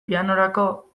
pianorako